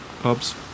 Pubs